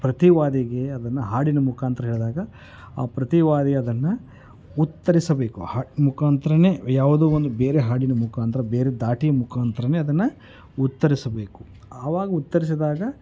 ಪ್ರತಿವಾದಿಗೆ ಅದನ್ನು ಹಾಡಿನ ಮುಖಾಂತರ ಹೇಳಿದಾಗ ಆ ಪ್ರತಿವಾದಿ ಅದನ್ನು ಉತ್ತರಿಸಬೇಕು ಹಾಡಿನ ಮುಖಾಂತ್ರವೇ ವ್ ಯಾವುದೋ ಒಂದು ಬೇರೆ ಹಾಡಿನ ಮುಖಾಂತರ ಬೇರೆ ದಾಟಿ ಮುಖಾಂತ್ರವೇ ಅದನ್ನು ಉತ್ತರಿಸಬೇಕು ಅವಾಗ ಉತ್ತರಿಸಿದಾಗ